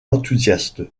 enthousiaste